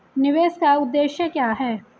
निवेश का उद्देश्य क्या है?